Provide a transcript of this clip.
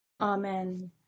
Amen